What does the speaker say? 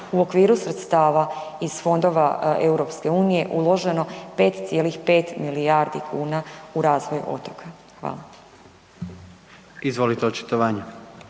u okviru sredstava iz fondova EU uloženo 5,5 milijardi kuna u razvoj otoka. Hvala. **Jandroković,